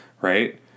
right